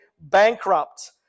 bankrupt